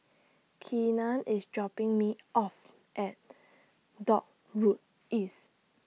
Keenan IS dropping Me off At Dock Road East